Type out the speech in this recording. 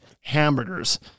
hamburgers